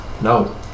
No